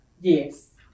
yes